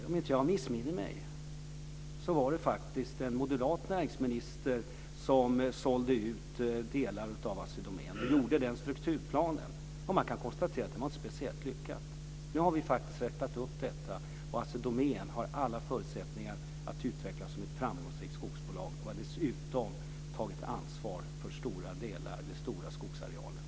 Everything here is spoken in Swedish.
Om inte jag missminner mig var det faktiskt en moderat näringsminister som sålde ut delar av Assi Domän och som gjorde strukturplanen. Man kan konstatera att det inte var speciellt lyckat. Nu har vi rättat till detta, och Assi Domän har alla förutsättningar att utvecklas som ett framgångsrikt skogsbolag. Dessutom har vi tagit ansvar för stora delar av skogsarealerna.